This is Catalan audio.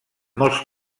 molts